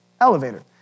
elevator